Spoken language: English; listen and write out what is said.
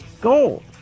gold